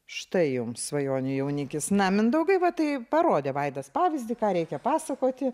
štai jums svajonių jaunikis na mindaugai va tai parodė vaidos pavyzdį ką reikia pasakoti